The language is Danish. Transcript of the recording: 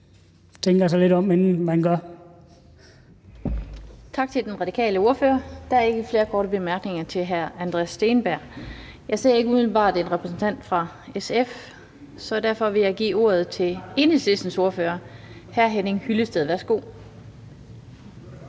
Den fg. formand (Annette Lind): Tak til den radikale ordfører. Der er ikke flere korte bemærkninger til hr. Andreas Steenberg. Jeg ser ikke umiddelbart en repræsentant fra SF, så derfor vil jeg give ordet til Enhedslistens ordfører, hr. Henning Hyllested. Værsgo.